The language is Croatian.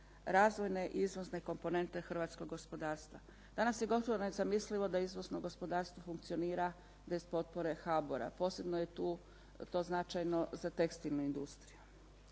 razvojne izvozne komponente hrvatskog gospodarstva. Danas je gotovo nezamislivo da izvozno gospodarstvo funkcionira bez potpore HBOR-a posebno je tu to značajno za tekstilnu industriju.